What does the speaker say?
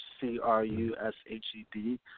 C-R-U-S-H-E-D